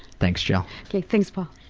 thanks, jill. like thanks, paul.